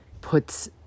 puts